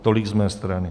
Tolik z mé strany.